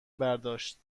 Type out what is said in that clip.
برداشت